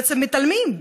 בעצם מתעלמים,